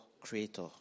creator